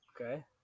Okay